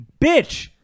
Bitch